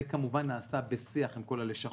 זה כמובן נעשה בשיח עם כל הלשכות.